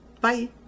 Bye